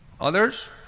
Others